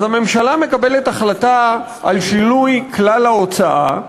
אז הממשלה מקבלת החלטה על שינוי כלל ההוצאה.